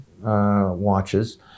watches